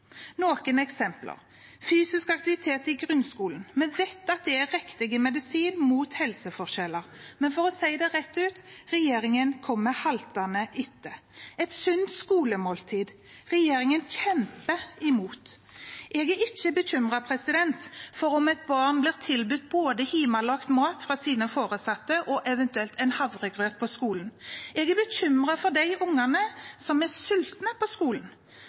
noen eksempler: Vi vet at fysisk aktivitet i grunnskolen er riktig medisin mot helseforskjellene, men for å si det rett ut: Regjeringen kommer haltende etter. Et annet eksempel er et sunt skolemåltid. Regjeringen kjemper imot. Jeg er ikke bekymret for om noen barn blir tilbudt både hjemmelaget mat fra sine foresatte og eventuelt havregrøt på skolen. Jeg er bekymret for de barna som er sultne på skolen.